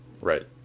Right